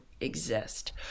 exist